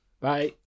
Bye